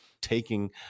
taking